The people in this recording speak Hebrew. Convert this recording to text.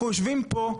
אנחנו יושבים פה,